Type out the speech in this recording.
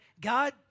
God